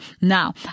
Now